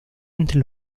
entre